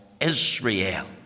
Israel